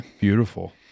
Beautiful